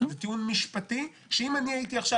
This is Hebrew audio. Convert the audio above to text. זה טיעון משפטי שאם אני הייתי עכשיו